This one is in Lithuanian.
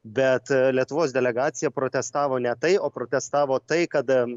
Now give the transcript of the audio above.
bet lietuvos delegacija protestavo ne tai o protestavo tai kad